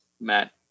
Matt